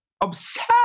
obsessed